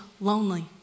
lonely